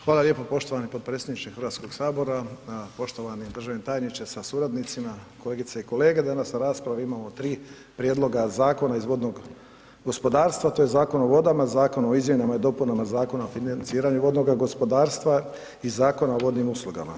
Hvala lijepo poštovani potpredsjedniče Hrvatskog sabora, poštovani državni tajniče sa suradnicima, kolegice i kolege danas u raspravi imamo 3 prijedloga zakona iz vodnog gospodarstva, to je Zakon o vodama, Zakona o izmjenama i dopunama Zakona o financiranju vodnog gospodarstva i Zakon o vodnim uslugama.